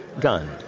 gun